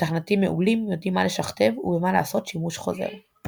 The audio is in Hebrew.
מתכנתים מעולים יודעים מה לשכתב ובמה לעשות שימוש חוזר.